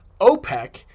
OPEC